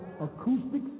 acoustic